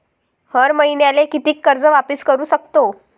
हर मईन्याले कितीक कर्ज वापिस करू सकतो?